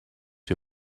who